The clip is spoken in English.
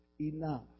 enough